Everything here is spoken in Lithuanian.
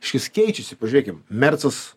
škias keičiasi pažiūrėkim mercas